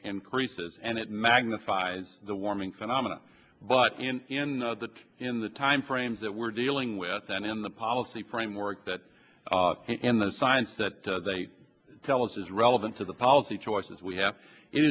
and creases and it magnifies the warming phenomena but in the in the time frames that we're dealing with and in the policy framework that in the science that they tell us is relevant to the policy choices we have it